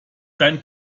dein